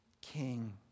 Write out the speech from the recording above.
king